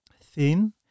thin